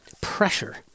pressure